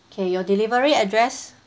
okay your delivery address